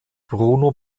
bruno